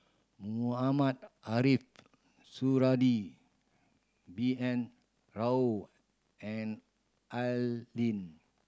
Mohamed Ariff Suradi B N Rao and Al Lim